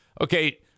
okay